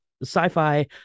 sci-fi